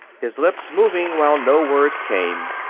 his lips moving while no words came.